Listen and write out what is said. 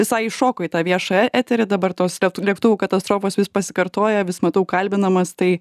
visai įšoko į tą viešą e eterį dabar tos lėtu lėktuvų katastrofos vis pasikartoja vis matau kalbinamas tai